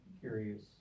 curious